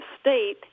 state